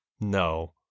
No